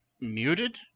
muted